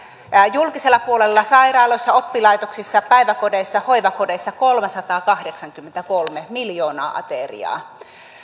julkisella puolella sairaaloissa oppilaitoksissa päiväkodeissa hoivakodeissa kolmesataakahdeksankymmentäkolme miljoonaa ateriaa